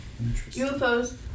UFOs